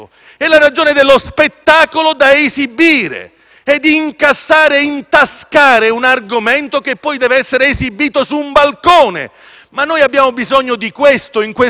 esibire; è la ragione di incassare e intascare un argomento che poi deve essere esibito su un balcone. Ma noi abbiamo bisogno di questo, ora, in Italia?